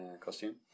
costume